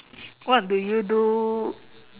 what do you do